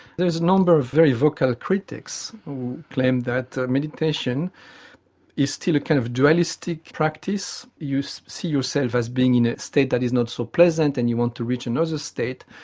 there's a number of very vocal critics claim that meditation is still a kind of dualistic practice you see yourself as being in a state that is not so pleasant and you want to reach another state,